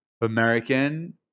American